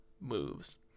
moves